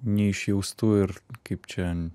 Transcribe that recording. neišjaustų ir kaip čia